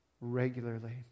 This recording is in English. regularly